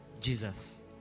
Jesus